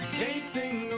Skating